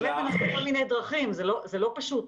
יש כל מיני דרכים וזה לא פשוט.